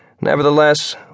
Nevertheless